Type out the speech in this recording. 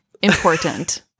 important